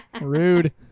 Rude